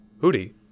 Hootie